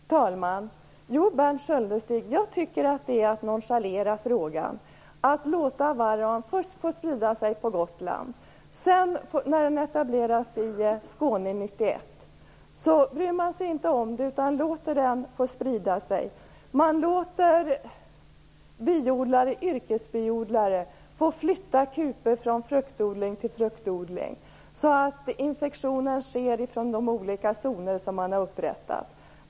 Fru talman! Jo, Berndt Sköldestig, jag tycker att det är att nonchalera frågan, att först låta varroa få sprida sig på Gotland. När den sedan etablerar sig i Skåne 1991 bryr man sig inte om det, utan låter den få sprida sig. Man låter yrkesbiodlare flytta kupor från fruktodling till fruktodling så att infektion sker från de olika zoner som man har upprättat.